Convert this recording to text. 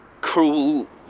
cruel